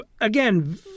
again